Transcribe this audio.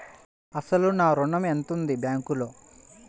అసలు నా ఋణం ఎంతవుంది బ్యాంక్లో?